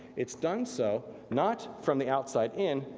it's done so, not from the outside in,